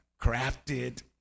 crafted